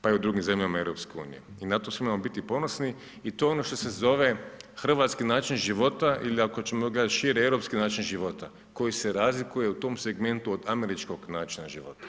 pa i u drugim zemljama Europske unije, i na to smo ... biti ponosni, i to je ono što se zove hrvatski način života ili ako ćemo ga šire europski način života, koji se razlikuje u tom segmentu od američkog načina života.